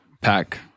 Pack